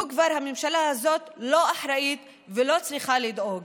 לו כבר הממשלה הזאת לא אחראית ולא צריכה לדאוג.